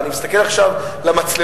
ואני מסתכל עכשיו למצלמות,